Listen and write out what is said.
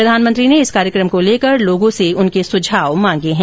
प्रधानमंत्री ने इस कार्यक्रम को लेकर लोगों से उनके सुझाव मांगे हैं